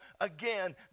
again